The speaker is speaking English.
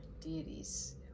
deities